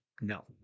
No